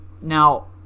now